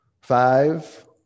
Five